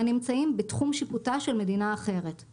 הנמצאים בתחום שיפוטה של מדינה אחרת,